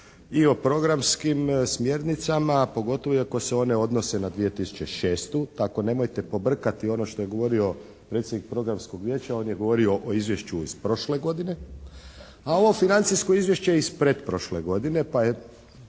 i o programskim smjernicama a pogotovo i ako se one odnose na 2006. Tako nemojte pobrkati ono što je govorio predsjednik programskog vijeća. On je govorio o izvješću iz prošle godine, a ovo financijsko izvješće je iz pretprošle godine